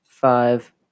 five